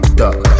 duck